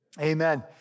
amen